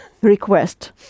request